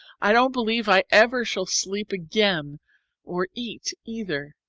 i don't believe i ever shall sleep again or eat either.